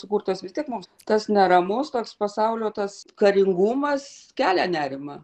sukurtas vis tiek mums tas neramus toks pasaulio tas karingumas kelia nerimą